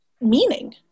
meaning